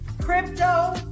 Crypto